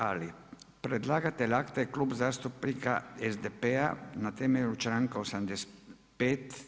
Ali, predlagatelj akta je Klub zastupnika SDP-a na temelju članka 85.